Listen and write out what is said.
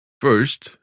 First